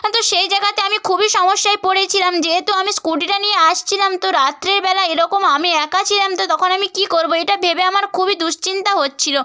হ্যাঁ তো সেই জায়গাতে আমি খুবই সমস্যায় পড়েছিলাম যেহেতু আমি স্কুটিটা নিয়ে আসছিলাম তো রাত্রেরবেলা এরকম আমি একা ছিলাম তো তখন আমি কী করব এটা ভেবে আমার খুবই দুশ্চিন্তা হচ্ছিল